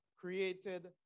created